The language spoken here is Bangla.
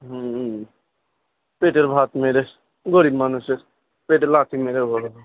হুম পেটের ভাত মেরে গরীব মানুষের পেটে লাথি মেরে বড়লোক